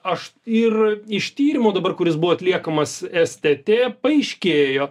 aš ir iš tyrimo dabar kuris buvo atliekamas stt paaiškėjo